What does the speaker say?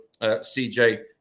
CJ